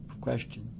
question